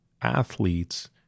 athletes